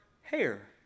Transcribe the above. hair